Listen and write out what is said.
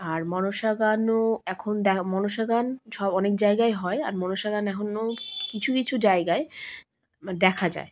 আর মনসাগানও এখন দেখ মনসাগান সব অনেক জায়গায় হয় আর মনসা গান এখনও কিছু কিছু জায়গায় দেখা যায়